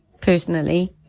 personally